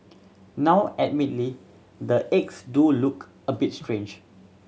now admittedly the eggs do look a bit strange